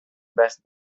best